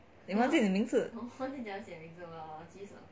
你忘记你的名字